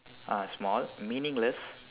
ah small meaningless